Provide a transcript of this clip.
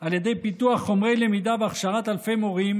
על ידי פיתוח חומרי למידה והכשרת אלפי מורים